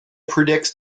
predicts